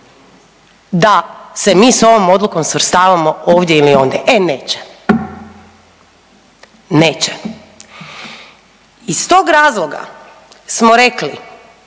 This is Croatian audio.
da se mi s ovom odlukom svrstavamo ovdje ili ondje. E neće. Neće. Iz tog razloga smo rekli